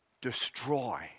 destroy